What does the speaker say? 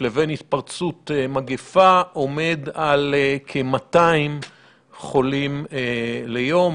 לבין התפרצות מגפה עומד על כ-200 חולים ליום.